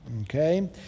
Okay